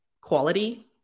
quality